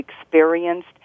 experienced